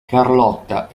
carlotta